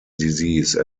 disease